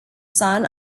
son